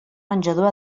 menjador